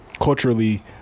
culturally